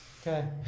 Okay